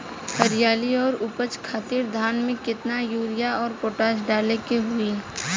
हरियाली और उपज खातिर धान में केतना यूरिया और पोटाश डाले के होई?